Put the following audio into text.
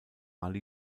ali